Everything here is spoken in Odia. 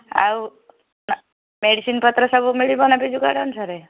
ଆଉ ମେଡ଼ିସିନ୍ ପତ୍ର ସବୁ ମିଳିବ ନା ବିଜୁ କାର୍ଡ୍ ଅନୁସାରେ